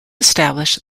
established